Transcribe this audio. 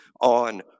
on